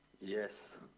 Yes